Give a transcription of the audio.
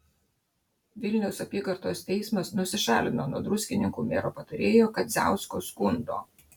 vilniaus apygardos teismas nusišalino nuo druskininkų mero patarėjo kadziausko skundo